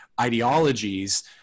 ideologies